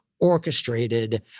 orchestrated